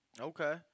Okay